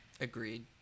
Agreed